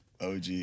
OG